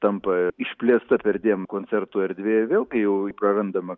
tampa išplėsta perdėm koncertų erdvė vėl kai jau prarandama